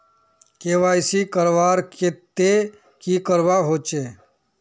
KYC करवार केते की करवा होचए?